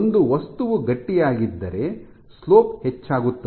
ಒಂದು ವಸ್ತುವು ಗಟ್ಟಿಯಾಗಿದ್ದರೆ ಸ್ಲೋಪ್ ಹೆಚ್ಚಾಗುತ್ತದೆ